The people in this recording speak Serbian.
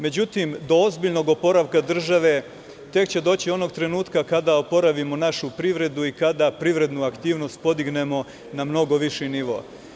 Međutim, do ozbiljnog oporavka države tek će doći onog trenutka kada oporavimo našu privredu i kada privrednu aktivnost podignemo na mnogo viši nivo.